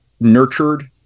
nurtured